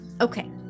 Okay